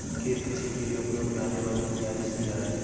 खेत कृषि के लिए उपयोग में आने वाली बुनयादी सुविधा है